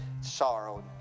sorrow